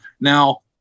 Now